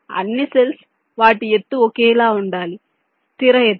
అన్ని సెల్స్ వాటి ఎత్తు ఒకేలా ఉండాలి స్థిర ఎత్తు